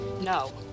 No